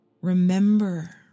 Remember